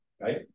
Right